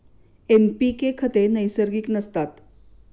NPK खते नैसर्गिक नसतात